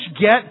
get